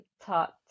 taught